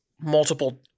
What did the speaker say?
multiple